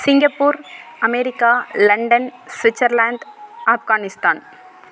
Singapore America London Switzerland Afghanistan